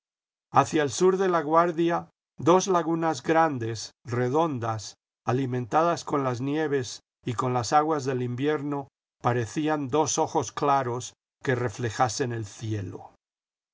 hacia el sur de laguardia dos lagunas grandes redondas alimentadas con las nieves y con las aguas del invierno parecían dos ojos claros que reflejasen el cielo íi